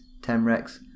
Temrex